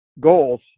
goals